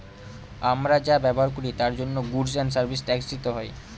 আমরা যা ব্যবহার করি তার জন্য গুডস এন্ড সার্ভিস ট্যাক্স দিতে হয়